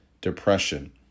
depression